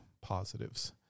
positives